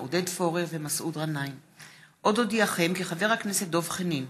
עוד אודיעכם, כי חבר הכנסת דב חנין